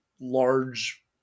large